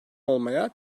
olmaya